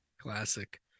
Classic